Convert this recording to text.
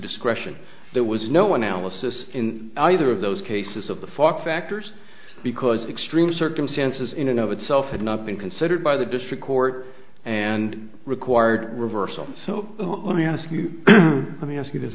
discretion there was no one al assist in either of those cases of the fock factors because extreme circumstances in and of itself had not been considered by the district court and required reversal so let me ask you let me ask you this